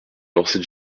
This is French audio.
lancer